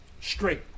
straight